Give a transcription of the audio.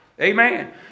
Amen